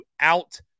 out-